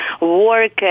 work